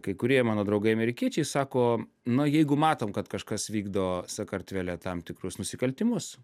kai kurie mano draugai amerikiečiai sako nu jeigu matom kad kažkas vykdo sakartvele tam tikrus nusikaltimus